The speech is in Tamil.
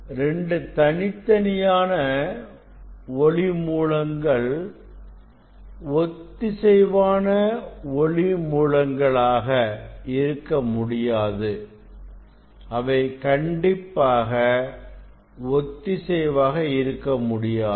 2 தனித்தனியான ஒளி மூலங்கள் ஒத்திசைவான ஒளி மூலங்களாக இருக்க முடியாது அவை கண்டிப்பாக ஒத்திசைவாக இருக்கமுடியாது